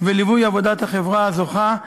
וליווי עבודת החברה הזוכה,